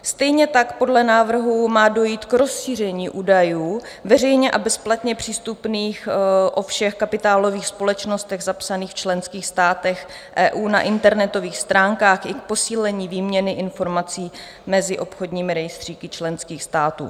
Stejně tak podle návrhů má dojít k rozšíření údajů veřejně a bezplatně přístupných o všech kapitálových společnostech zapsaných v členských státech EU na internetových stránkách i k posílení výměny informací mezi obchodními rejstříky členských států.